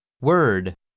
word